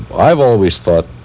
i've always thought